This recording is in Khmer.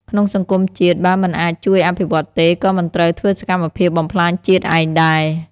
ក្នុងសង្គមជាតិ បើមិនអាចជួយអភិវឌ្ឍទេ ក៏មិនត្រូវធ្វើសកម្មភាពបំផ្លាញជាតិឯងដែរ។